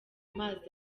mazi